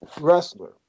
wrestler